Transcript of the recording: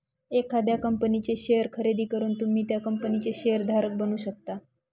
एखाद्या कंपनीचे शेअर खरेदी करून तुम्ही त्या कंपनीचे शेअर धारक बनू शकता